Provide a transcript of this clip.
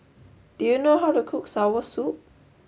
do you know how to cook Soursop